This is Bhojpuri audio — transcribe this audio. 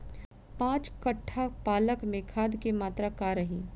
पाँच कट्ठा पालक में खाद के मात्रा का रही?